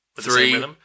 Three